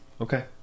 Okay